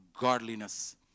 godliness